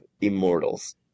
Immortals